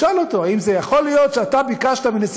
ותשאל אותו: האם זה יכול להיות שאתה ביקשת מנשיא